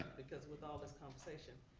because, with all this conversation,